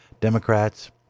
Democrats